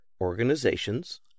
Organizations